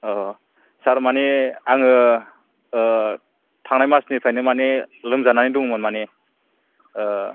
अ' सार माने आङो थांनाय मासनिफ्रायनो माने लोमजानानै दंमोन माने